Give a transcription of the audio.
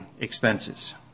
expenses